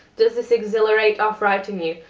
does this exhilarate or frighten you?